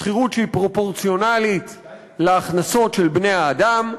שכירות שהיא פרופורציונלית להכנסות של בני-האדם,